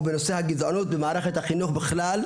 ובנושא הגזענות במערכת החינוך בכלל.